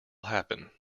happen